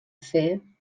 fer